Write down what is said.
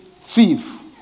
thief